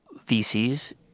VC's